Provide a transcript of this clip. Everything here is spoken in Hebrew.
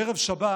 בערב שבת